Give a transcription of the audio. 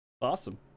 awesome